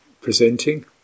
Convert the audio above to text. presenting